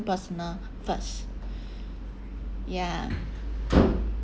personal first ya